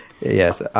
yes